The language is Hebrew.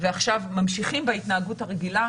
ועכשיו ממשיכים בהתנהגות הרגילה,